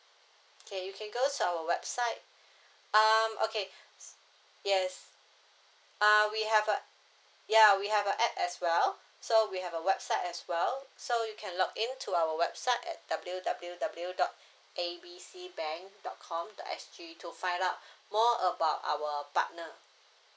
okay you can go to our website um okay yes uh we have a ya we have a app as well so we have a website as well so you can log in to our website at W W W dot A B C bank dot com dot S G to find out more about our partner